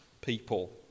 people